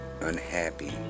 unhappy